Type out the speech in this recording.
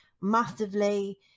massively